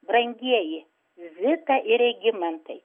brangieji zita ir regimantai